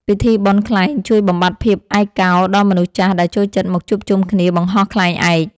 ពិធីបុណ្យខ្លែងជួយបំបាត់ភាពឯកោដល់មនុស្សចាស់ដែលចូលចិត្តមកជួបជុំគ្នាបង្ហោះខ្លែងឯក។